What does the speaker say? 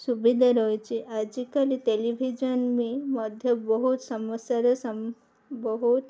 ସୁବିଧା ରହିଛି ଆଜିକାଲି ଟେଲିଭିଜନ୍ ବି ମଧ୍ୟ ବହୁତ ସମସ୍ୟାର ବହୁତ